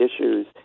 issues